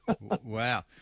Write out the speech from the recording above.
Wow